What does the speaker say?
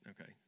Okay